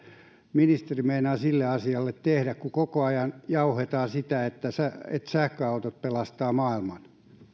ministeri meinaa sille asialle tehdä koko ajan jauhetaan sitä että sähköautot pelastavat maailman